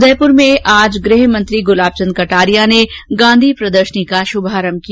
उदयपुर में आज गृह मंत्री गुलाबचंद कटारिया ने गांधी प्रदर्शनी का शुभारंभ किया